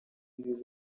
b’ibigo